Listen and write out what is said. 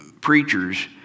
preachers